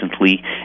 recently